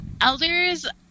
elders